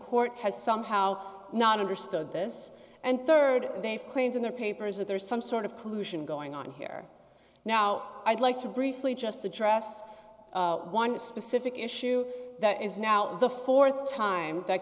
court has somehow not understood this and rd they've claimed in their papers that there is some sort of collusion going on here now i'd like to briefly just address one specific issue that is now the th time that